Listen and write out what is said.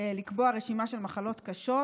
לקבוע רשימה של מחלות קשות,